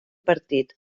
partit